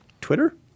Twitter